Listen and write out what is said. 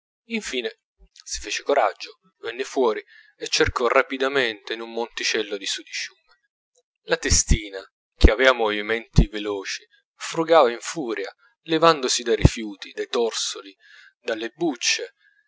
infine si fece coraggio venne fuori e cercò rapidamente in un monticello di sudiciume la testina che aveva movimenti veloci frugava in furia levandosi dai rifiuti dai torsoli dalle bucce